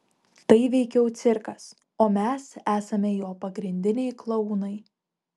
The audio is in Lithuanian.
tai veikiau cirkas o mes esame jo pagrindiniai klounai